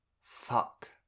Fuck